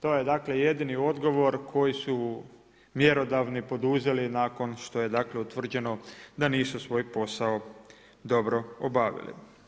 To je dakle, jedini odgovor koji su mjerodavni poduzeli nakon što je utvrđeno da nisu svoj posao dobro obavili.